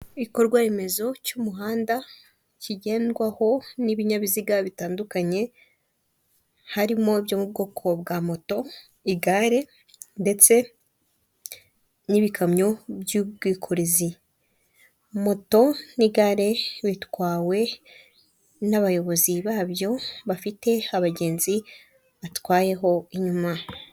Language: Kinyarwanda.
Igikorwa remezo cy'umuhanda kigendwaho n'ibinyabiziga bitandukanye harimo ibyo mu bwoko bwa moto, igare ndetse n'ibikamyo by'ubwikorezi, moto n'igare bitwawe n'abayobozi babyo bafite abagenzi batwayeho inyuma.